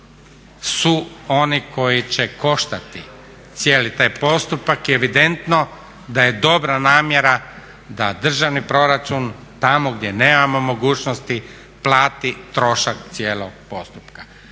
su oni koji će koštati cijeli taj postupak i evidentno da je dobra namjera da državni proračun tamo gdje nemamo mogućnosti plati trošak cijelog postupka.